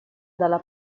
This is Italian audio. dalla